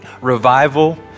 Revival